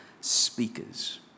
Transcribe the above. speakers